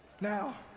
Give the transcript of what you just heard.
Now